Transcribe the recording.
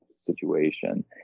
situation